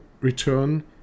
return